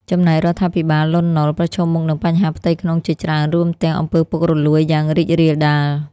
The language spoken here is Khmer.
ចំណែករដ្ឋាភិបាលលន់ នល់ ប្រឈមមុខនឹងបញ្ហាផ្ទៃក្នុងជាច្រើន រួមទាំង អំពើពុករលួយយ៉ាងរីករាលដាល។